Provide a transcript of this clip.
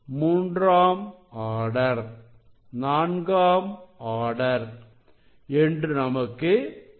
மூன்றாம் ஆர்டர்நான்காம் ஆர்டர் என்று நமக்கு கிடைக்கிறது